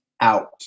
out